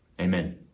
Amen